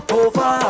over